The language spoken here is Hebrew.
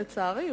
לצערי,